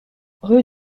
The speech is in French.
rue